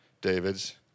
David's